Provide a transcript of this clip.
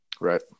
Right